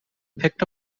picked